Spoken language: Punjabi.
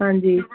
ਹਾਂਜੀ